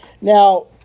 Now